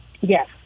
Yes